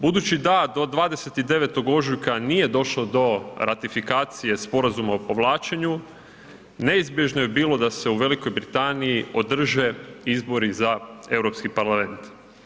Budući da do 29. ožujka nije došlo do ratifikacije Sporazuma o povlačenju, neizbježno je bilo da se u Velikoj Britaniji održe izbori za Europski parlament.